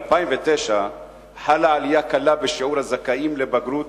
ב-2009 חלה עלייה קלה בשיעור הזכאים לבגרות,